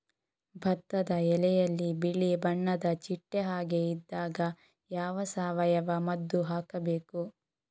ಭತ್ತದ ಎಲೆಯಲ್ಲಿ ಬಿಳಿ ಬಣ್ಣದ ಚಿಟ್ಟೆ ಹಾಗೆ ಇದ್ದಾಗ ಯಾವ ಸಾವಯವ ಮದ್ದು ಹಾಕಬೇಕು?